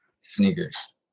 Sneakers